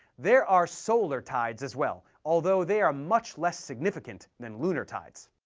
there are solar tides as well, although they are much less significant than lunar tides.